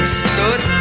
stood